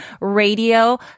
radio